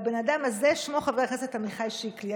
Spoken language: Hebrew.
הבן אדם הזה, שמו חבר הכנסת עמיחי שיקלי.